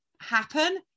happen